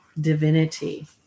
divinity